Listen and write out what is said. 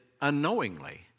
unknowingly